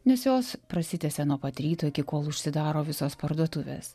nes jos prasitęsė nuo pat ryto iki kol užsidaro visos parduotuvės